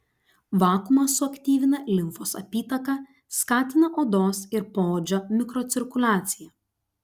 vakuumas suaktyvina limfos apytaką skatina odos ir poodžio mikrocirkuliaciją